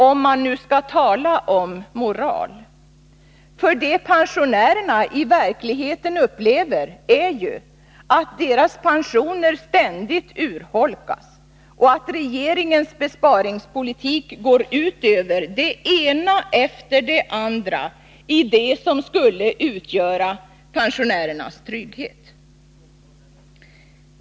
Om man nu skall tala om moral, för det pensionärerna i verkligheten upplever är ju att deras pensioner ständigt urholkas och att regeringens besparingspolitik går ut över det ena efter det andra i det som skulle utgöra pensionärernas trygghet.